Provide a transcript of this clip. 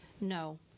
No